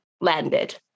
landed